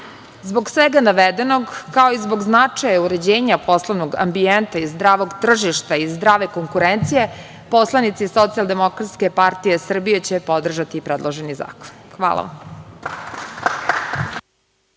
svega navedenog, kao i zbog značaja uređenja poslovnog ambijenta i zdravog tržišta i zdrave konkurencije, poslanici SDPS će podržati predloženi zakon. Hvala vam.